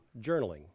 journaling